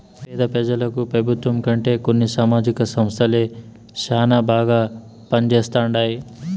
పేద పెజలకు పెబుత్వం కంటే కొన్ని సామాజిక సంస్థలే శానా బాగా పంజేస్తండాయి